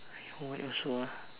what else some more ah